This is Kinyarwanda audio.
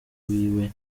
wiwe